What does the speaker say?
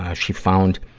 ah she found,